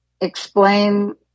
explain